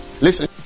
listen